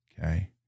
okay